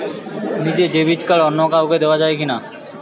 নিজের debit card অন্য কাউকে দেওয়া যায় কি না?